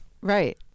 Right